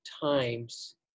times